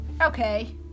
okay